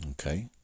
Okay